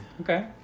okay